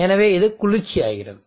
எனவே இது குளிர்ச்சியாகிறது